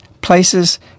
places